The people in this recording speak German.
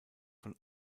von